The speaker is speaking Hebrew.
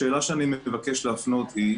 השאלה שאני מבקש להפנות היא: